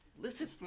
Listen